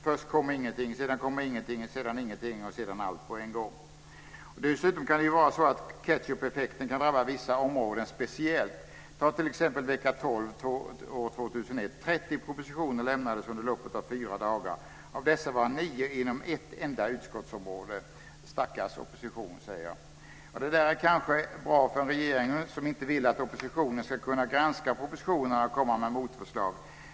Först kommer ingenting, sedan kommer ingenting, sedan ingenting och sedan kommer allt på en gång. Dessutom kan det vara så att ketchupeffekten kan drabba vissa områden speciellt. Ta t.ex. vecka 12 år 2001, då 30 propositioner avlämnades under loppet av fyra dagar. Av dessa var nio inom ett enda utskottsområde. Stackars opposition, säger jag. Det där är kanske bra för en regering som inte vill att oppositionen ska kunna granska propositionerna och komma med motförslag.